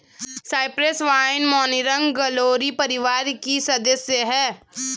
Cyprus vine morning glory परिवार की सदस्य हैं